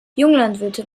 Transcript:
junglandwirte